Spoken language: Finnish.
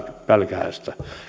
pälkähästä